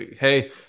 hey